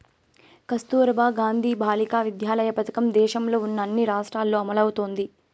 కస్తుర్బా గాంధీ బాలికా విద్యాలయ పథకం దేశంలో ఉన్న అన్ని రాష్ట్రాల్లో అమలవుతోంది